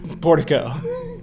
Portico